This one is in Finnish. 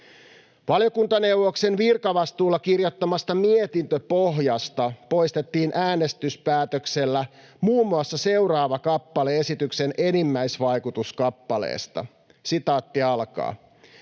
Valiokuntaneuvoksen virkavastuulla kirjoittamasta mietintöpohjasta poistettiin äänestyspäätöksellä muun muassa seuraava kappale esityksen enimmäisvaikutuskappaleesta: ”Sosiaali-